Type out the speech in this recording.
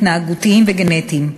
התנהגותיים וגנטיים.